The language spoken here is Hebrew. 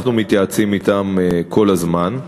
אנחנו מתייעצים אתם כל הזמן.